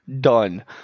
done